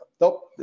nope